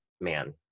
man